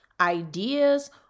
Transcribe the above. ideas